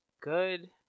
good